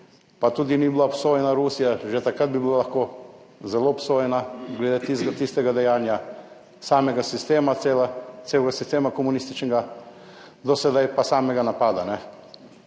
pa tudi ni bila obsojena Rusija, že takrat bi bila lahko zelo obsojena glede tistega dejanja, samega sistema, celega sistema komunističnega do sedaj, pa samega napada.